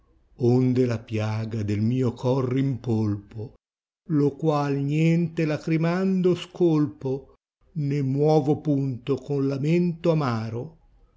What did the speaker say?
onde la piaga del mio cor rimpolpo lo qnal niente lagrimando scolpo né mnoto punto col lamento amaro